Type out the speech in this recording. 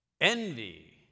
Envy